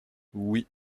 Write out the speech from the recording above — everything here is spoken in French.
oui